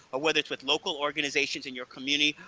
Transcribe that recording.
or whether it's with local organizations in your community,